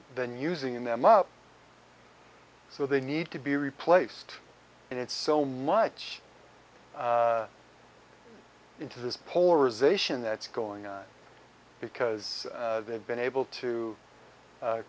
then using them up so they need to be replaced and it's so much into this polarization that's going on because they've been able to